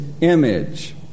image